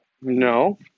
No